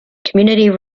community